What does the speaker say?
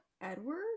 edward